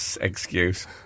excuse